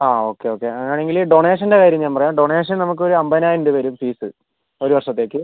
അ okay okay അങ്ങനെയാണെങ്കില് ഡോണേഷൻ്റെ കാര്യം ഞാൻ പറയാം ഡോണേഷൻ നമുക്കൊരു അമ്പതിനായിരം രൂപ വരും ഫീസ് ഒരു വർഷത്തേക്ക്